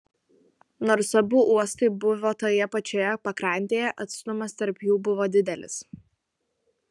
nors abu uostai buvo toje pačioje pakrantėje atstumas tarp jų buvo didelis